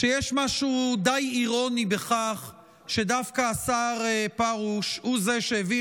שיש משהו די אירוני בכך שדווקא השר פרוש הוא שהביא